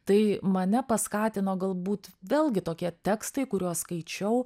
tai mane paskatino galbūt vėlgi tokie tekstai kuriuos skaičiau